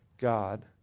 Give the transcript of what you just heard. God